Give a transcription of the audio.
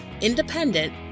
independent